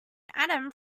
atom